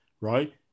right